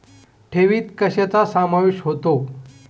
ठेवीत कशाचा समावेश होतो?